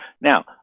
now